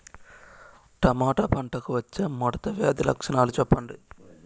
Tomato పంటకు వచ్చే ముడత వ్యాధి లక్షణాలు చెప్పండి?